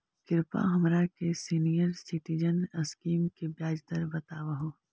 कृपा हमरा के सीनियर सिटीजन स्कीम के ब्याज दर बतावहुं